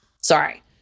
Sorry